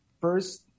first